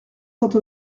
sainte